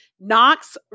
Knox